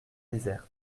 désertes